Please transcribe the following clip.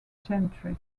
gentry